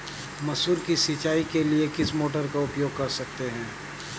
मसूर की सिंचाई के लिए किस मोटर का उपयोग कर सकते हैं?